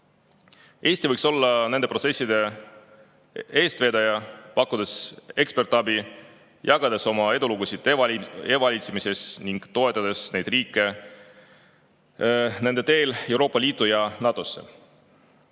Eesti võiks olla nende protsesside eestvedaja, pakkudes ekspertabi, jagades oma edulugusid e-valitsemises ning toetades neid riike nende teel Euroopa Liitu ja NATO‑sse.